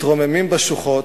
מתרוממים בשוחות,